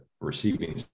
receiving